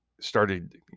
started